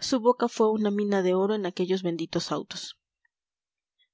su boca fue una mina de oro en aquellos benditos autos